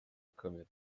câmera